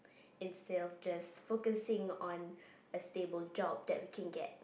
instead of just focusing on a stable job that we can get